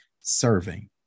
serving